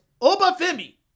Obafemi